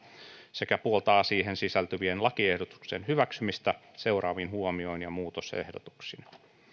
sekä puoltaa siihen sisältyvien lakiehdotusten hyväksymistä seuraavin huomioin ja muutosehdotuksin